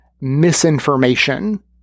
misinformation